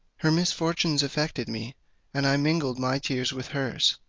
her misfortunes affected me and i mingled my tears with hers.